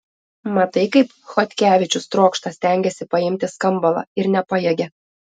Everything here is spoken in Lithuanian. matai kaip chodkevičius trokšta stengiasi paimti skambalą ir nepajėgia